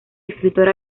escritor